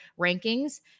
rankings